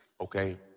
okay